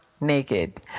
naked